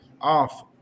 off